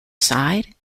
side